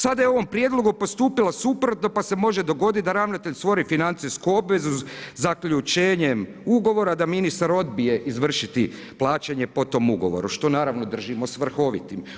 Sada je ovom prijedlogu postupila suprotno, pa se može dogoditi da ravnatelj stvori financijsku obvezu zaključivanjem ugovora, da ministar odbije izvršiti plaćanje po tom ugovoru, što naravno držimo svrhovitim.